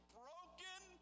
broken